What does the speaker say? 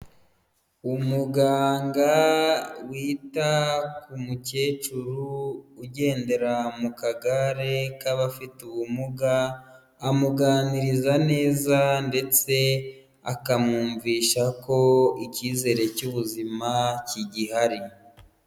Umuganga wita ku mukecuru ugendera mu kagare k'abafite ubumuga, amuganiriza neza ndetse akamwumvisha ko icyizere cy'ubuzima kigihari.